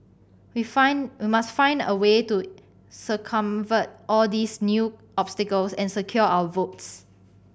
we find we must find a way to circumvent all these new obstacles and secure our votes